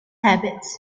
habits